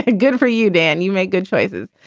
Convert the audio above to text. ah good for you, dan. you make good choices.